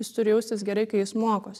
jis turi jaustis gerai kai jis mokosi